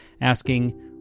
asking